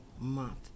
month